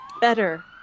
Better